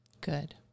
Good